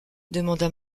demanda